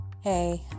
Hey